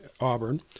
Auburn